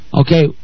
Okay